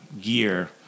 gear